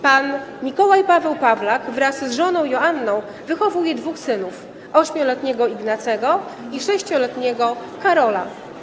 Pan Mikołaj Paweł Pawlak wraz z żoną Joanną wychowuje dwóch synów: 8-letniego Ignacego i 6-letniego Karola.